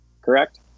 correct